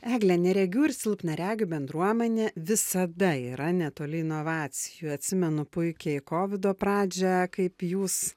egle neregių ir silpnaregių bendruomenė visada yra netoli inovacijų atsimenu puikiai kovido pradžią kaip jūs